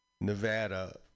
Nevada